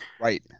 Right